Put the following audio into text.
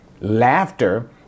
laughter